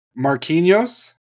Marquinhos